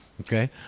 Okay